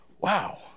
wow